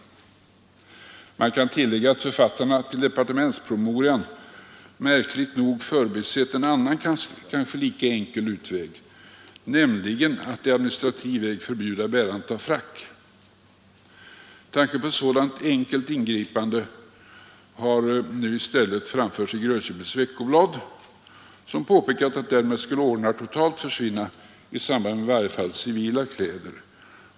Man kan tillägga att författarna av departementspromemorian märkligt nog förbisett en annan kanske lika enkel utväg, nämligen att på administrativ väg förbjuda bärandet av frack. Tanken på ett sådant enkelt ingripande har nu i stället framförts i Grönköpings Veckoblad, som påpekat att ordnar därmed skulle totalt försvinna, i varje fall i samband med civila kläder.